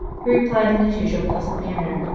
who replied in his usual pleasant manner,